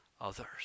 others